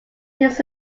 his